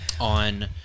on